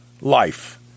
life